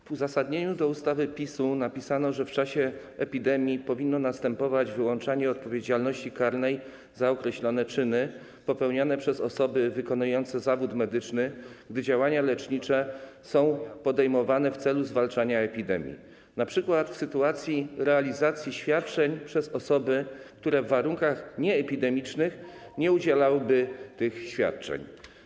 W uzasadnieniu ustawy PiS-u napisano, że w czasie epidemii powinno następować wyłączanie odpowiedzialności karnej za określone czyny popełnione przez osoby wykonujące zawód medyczny, gdy działania lecznicze są podejmowane w celu zwalczania epidemii, np. w sytuacji realizacji świadczeń przez osoby, które w warunkach nieepidemicznych nie udzielałyby tych świadczeń.